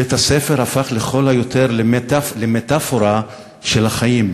בית-הספר הפך לכל היותר למטפורה של החיים,